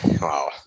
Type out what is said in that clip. Wow